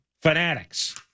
fanatics